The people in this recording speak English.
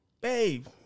babe